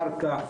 קרקע,